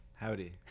Howdy